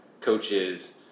coaches